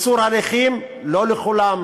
קיצור הליכים, לא לכולם,